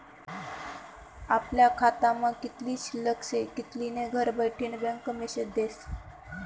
आपला खातामा कित्ली शिल्लक शे कित्ली नै घरबठीन बँक मेसेज देस